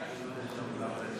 פורר.